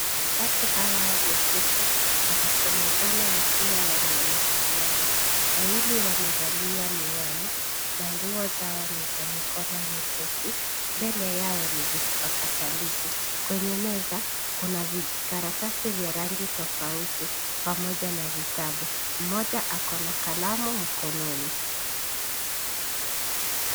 Watu hawa wameketi, wanasemezana wakiwa wameangaliana. wawili wamevalia miwani na nguo zao ni za mikono mifupi. Mbele yao ni vikipakatalishi. Kwenye meza kuna vijikaratasi vya rangi tofauti pamoja na vitabu. Mmoja ako na kalamu mkononi.